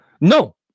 No